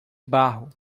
barro